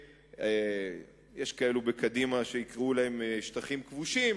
יש כאלה בקדימה שיקראו להם "שטחים כבושים",